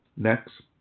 next.